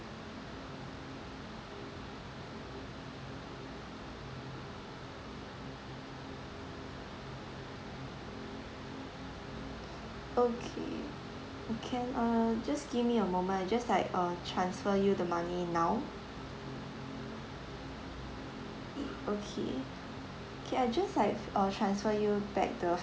okay can uh just give me a moment I just like uh transfer you the money now okay okay I just like uh transfer back you the